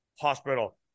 Hospital